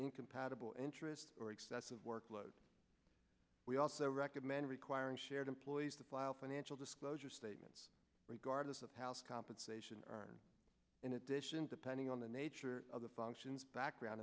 incompatible interest or excessive workload we also recommend requiring shared employees to file financial disclosure statements regardless of house compensation in addition depending on the nature of the functions background